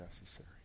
necessary